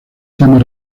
temas